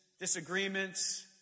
disagreements